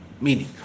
Meaning